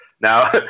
now